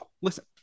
listen